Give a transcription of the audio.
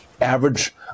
average